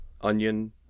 onion